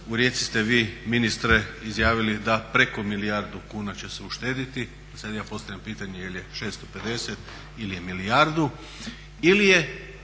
U Rijeci ste vi ministre izjavili da preko milijardu kuna će se uštedjeti, sad ja postavljam pitanje je li 650 ili je milijardu?